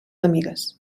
amigues